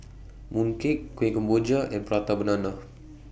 Mooncake Kueh Kemboja and Prata Banana